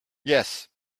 yes